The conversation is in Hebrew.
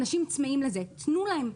אנשים צמאים לזה, תנו להם.